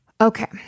Okay